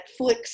Netflix